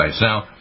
Now